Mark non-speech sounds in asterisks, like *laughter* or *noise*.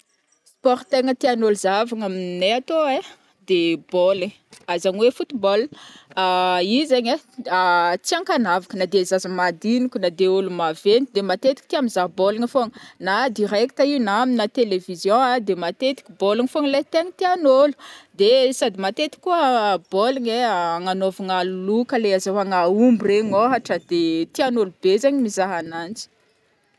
Sport tegna tian'ôlo zahavagna a *hesitation* minay atô ai, de bôl ai *hesitation* zany oe football *hesitation* io zegny ai *hesitation* tsy ankanavka na de zaza madinika na de ôlo maventy de matetika tia mizaha bôligna fogna, na direct io na amina television a de matetika bôligna fogna lai tegna tian'ôlo de sady matetika koa bôligna ai *hesitation* agnanonavana loka le azahoagna aomby regny ôhatra de tianolo be zegny mizaha ananji.